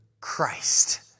Christ